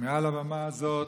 מעל הבמה הזאת,